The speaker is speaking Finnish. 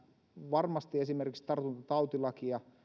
varmasti esimerkiksi tartuntatautilakia